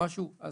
אז